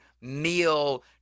meal